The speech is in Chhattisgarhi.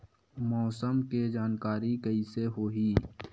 मौसम के जानकारी कइसे होही?